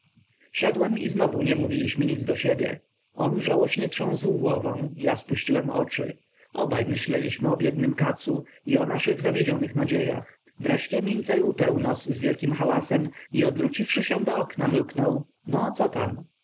siadłem i znowu nie mówiliśmy nic do siebie on żałośnie trząsł głową ja spuściłem oczy obaj myśleliśmy o biednym katzu i o naszych zawiedzionych nadziejach wreszcie mincel utarł nos z wielkim hałasem i odwróciwszy się do okna mruknął no co tam